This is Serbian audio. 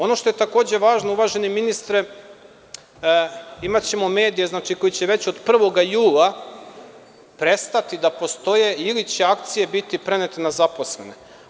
Ono što je tako važno, uvaženi ministre, imaćemo medije koji će već od 1. jula prestati da postoje ili će akcije biti prenete na zaposlene.